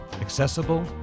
accessible